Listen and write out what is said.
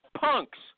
punks